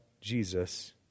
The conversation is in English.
Jesus